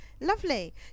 lovely